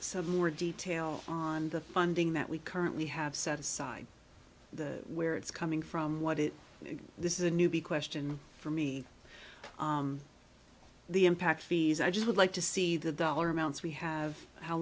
some more details on the funding that we currently have set aside where it's coming from what it is this is a newbie question for me the impact fees i just would like to see the dollar amounts we have how